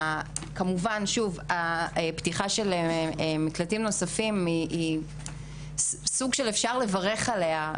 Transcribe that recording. התקצוב, הפתיחה של מקלטים נוספים, אפשר לברך עליה,